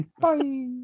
Bye